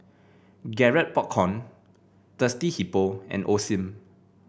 Garrett Popcorn Thirsty Hippo and Osim